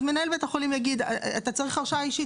אז מנהל בית החולים יגיד: אתה צריך הרשאה אישית?